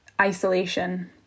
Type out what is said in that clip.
isolation